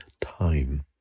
time